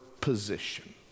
position